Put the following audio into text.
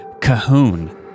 Cahoon